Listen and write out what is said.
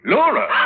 Laura